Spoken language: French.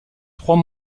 trois